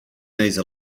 these